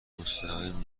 مستقیم